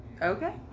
Okay